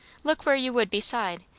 look where you would beside,